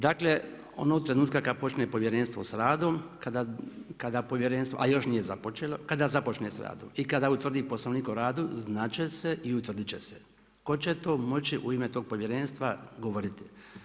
Dakle onog trenutka kada počne povjerenstvo sa radom, kada povjerenstvo, a još nije započelo, kada započne s radom i kada utvrdi poslovnik o radu znat će se i utvrditi će se tko će to moći u ime tog povjerenstva govoriti.